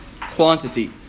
quantity